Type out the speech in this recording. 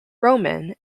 roman